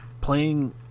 playing